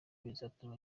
bizatuma